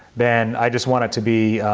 then i just want it to be,